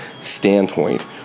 standpoint